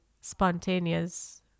spontaneous